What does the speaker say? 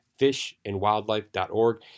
fishandwildlife.org